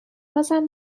بازم